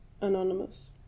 anonymous